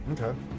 Okay